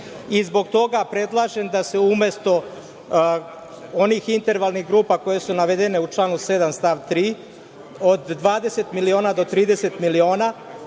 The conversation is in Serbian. i zbog toga predlažem da se umesto onih intervalnih grupa koje su navedene u članu 7. stav 3. od 20 do 30 miliona